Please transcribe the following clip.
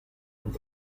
und